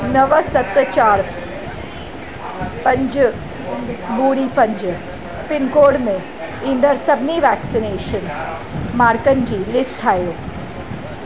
नव सत चारि पंज ॿुड़ी पंज पिनकोड में ईंदड़ु सभिनी वैक्सीनेशन मार्कनि जी लिस्ट ठाहियो